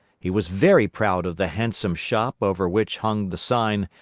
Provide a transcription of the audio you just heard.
he was very proud of the handsome shop over which hung the sign,